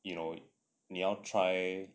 you know 你要 try